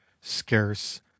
scarce